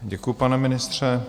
Děkuji, pane ministře.